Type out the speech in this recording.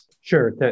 Sure